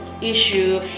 issue